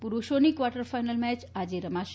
પુરૂષો quarter final match આજે રમાશે